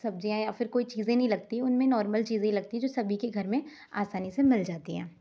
सब्जियाँ या फिर कोई चीज़ें नही लगती उनमें नोर्मल चीज़ें लगती जो सभी के घर में आसानी से मिल जाती हैं